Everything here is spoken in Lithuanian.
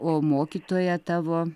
o mokytoja tavo